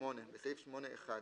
(8)בסעיף 8(1)